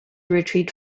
retreat